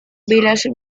village